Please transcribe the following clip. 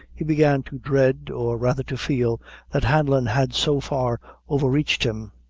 he began to dread, or rather to feel that hanlon had so far over-reached him.